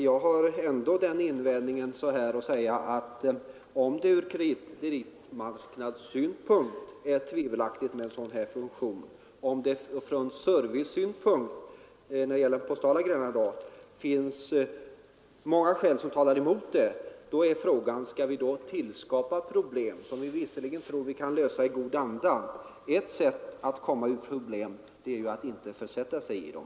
Jag har ändå den invändningen att om det från kreditmarknadssynpunkt är tvivelaktigt med en sådan här fusion och om det från servicesynpunkt finns många skäl som talar emot den, skall vi då tillskapa problem även om vi tror att vi kan lösa dem i god anda? Ett sätt att komma ur problemen är ju att inte försätta sig i dem.